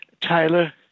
Tyler